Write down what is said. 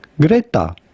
Greta